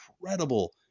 incredible